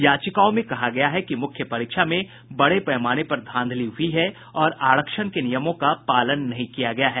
याचिकाओं में कहा गया है कि मुख्य परीक्षा में बड़े पैमाने पर धांधली हुई है और आरक्षण के नियमों का पालन नहीं किया गया है